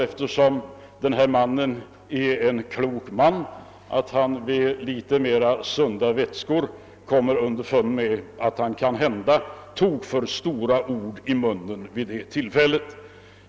Eftersom denne man är en klok man, utgår jag från att han vid mera sunda vätskor kommer underfund med att han kanhända tog för stora ord i munnen.